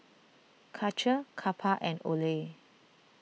Karcher Kappa and Olay